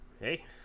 Hey